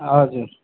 हजुर